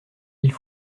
mille